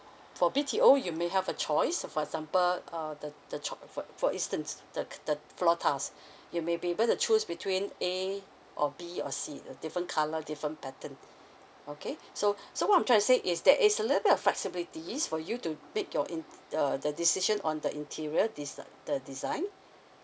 for B_T_O you may have a choice so for example uh the the choi~ for for instance the k~ the floor tiles you may be able to choose between A or B or C a different colour different pattern okay so so what I'm trying to say is that it's a little bit of flexibilities for you to make your in uh the decision on the interior des~ uh the design